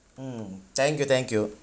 mm thank you thank you